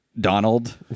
Donald